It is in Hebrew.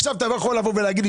עכשיו אתה לא יכול לבוא ולהגיד לי,